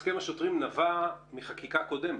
הסכם השוטרים נבע מחקיקה קודמת.